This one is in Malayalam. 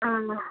ആ